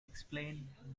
explain